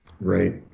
Right